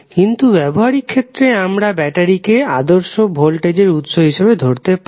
কিন্তু ব্যাবহারিক ক্ষেত্রে আমরা ব্যাটারিকে আদর্শ ভোল্টেজের উৎস হিসাবে ধরতে পারি